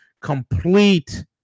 complete